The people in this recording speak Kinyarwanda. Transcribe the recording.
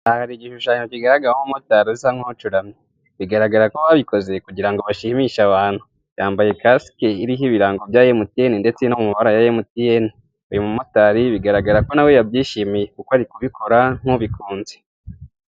Aha hari igishushanyo kigaragaraho umumotari usa nk'ucuramye. Bigaragara ko babikoze kugira ngo bashimishe abantu. Yambaye kasike iriho ibirango bya MTN ndetse no mu mabara ya MTN. Uyu mumotari bigaragara ko na we yabyishimiye, kuko ari kubikora nk'ubikunze.